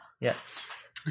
Yes